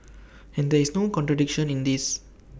and there is no contradiction in this